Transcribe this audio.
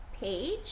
page